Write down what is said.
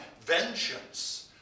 vengeance